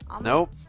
nope